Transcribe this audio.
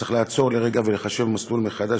צריך לעצור לרגע ולחשב מסלול מחדש,